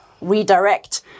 redirect